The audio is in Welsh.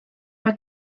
mae